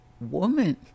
woman